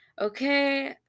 okay